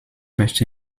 möchte